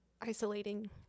isolating